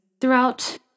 throughout